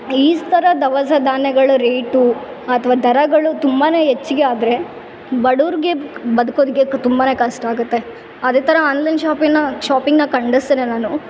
ಈ ಸ್ತರ ದವಸ ಧಾನ್ಯಗಳ್ ರೇಟು ಅಥ್ವ ದರಗಳು ತುಂಬಾನೇ ಹೆಚ್ಗೆ ಆದರೆ ಬಡುವ್ರ್ಗೆ ಬದ್ಕೋದುಕ್ಕೆ ಕ ತುಂಬಾನೇ ಕಷ್ಟ ಆಗತ್ತೆ ಅದೇ ಥರ ಆನ್ಲೈನ್ ಶಾಪಿಂಗ್ ಶಾಪಿಂಗ್ನ ಕಂಡಸ್ರೆ ನಾನು